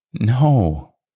No